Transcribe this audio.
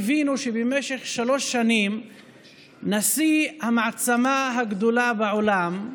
קיווינו במשך שלוש שנים שנשיא המעצמה הגדולה בעולם,